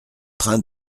train